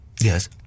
Yes